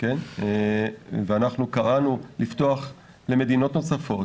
ואנחנו קראנו לפתוח למדינות נוספות